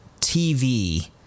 TV